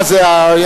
מה זה?